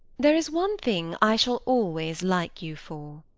there is one thing i shall always like you for.